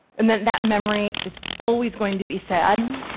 and that that memory is always going to be sad.